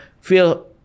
feel